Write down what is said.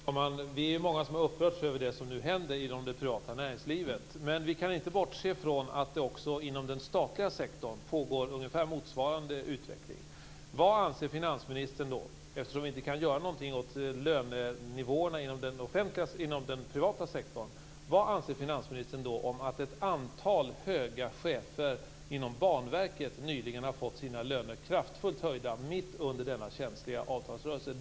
Fru talman! Vi är många som har upprörts över det som nu händer inom det privata näringslivet. Men vi kan inte bortse från att det också inom den statliga sektorn pågår ungefär motsvarande utveckling. Eftersom vi inte kan göra någonting åt lönenivåerna inom den privata sektorn: Vad anser finansministern om att ett antal höga chefer inom Banverket nyligen har fått sina löner kraftfullt höjda mitt under denna känsliga avtalsrörelse?